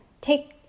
take